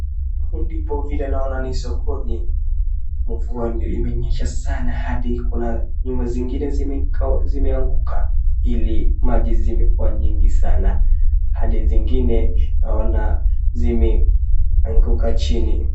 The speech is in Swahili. Mvua ilinyesha na maji ilikuwa mingi sana.